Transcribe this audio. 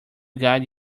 guide